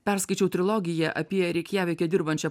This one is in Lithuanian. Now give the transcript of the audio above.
perskaičiau trilogiją apie reikjavike dirbančią